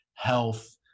health